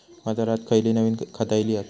बाजारात खयली नवीन खता इली हत?